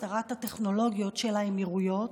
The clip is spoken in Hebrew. שרת הטכנולוגיות של האמירויות,